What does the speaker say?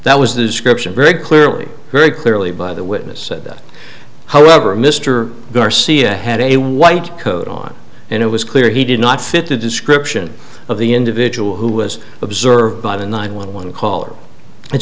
that was the description very clearly very clearly by the witness said that however mr garcia had a white coat on and it was clear he did not fit the description of the individual who was observed by the nine one one call or